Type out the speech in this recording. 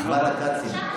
נכנסתי בול.